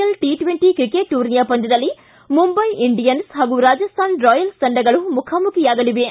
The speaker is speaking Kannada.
ಎಲ್ ಟಿ ಟ್ವೆಂಟಿ ಕ್ರಿಕೆಟ್ ಟೂರ್ನಿಯ ಪಂದ್ಯದಲ್ಲಿ ಮುಂಬೈ ಇಂಡಿಯನ್ಸ್ ಪಾಗೂ ರಾಜಸ್ತಾನ್ ರಾಯಲ್ಸ್ ತಂಡಗಳು ಮುಖಾಮುಖಿಯಾಗಲಿವೆ